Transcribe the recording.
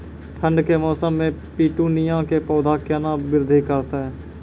ठंड के मौसम मे पिटूनिया के पौधा केना बृद्धि करतै?